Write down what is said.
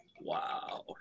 Wow